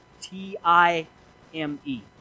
T-I-M-E